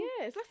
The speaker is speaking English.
Yes